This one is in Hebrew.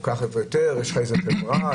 יש לך חברה.